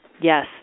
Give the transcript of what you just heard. Yes